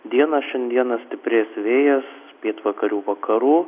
dieną šiandieną stiprės vėjas pietvakarių vakarų